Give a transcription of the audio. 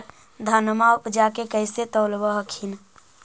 धनमा उपजाके कैसे तौलब हखिन?